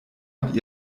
mit